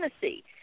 Tennessee